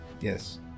Yes